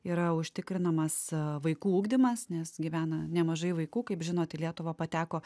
yra užtikrinamas vaikų ugdymas nes gyvena nemažai vaikų kaip žinot į lietuvą pateko